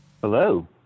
Hello